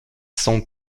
sans